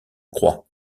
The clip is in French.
crois